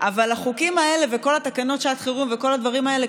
הינני מתכבדת להודיעכם, כי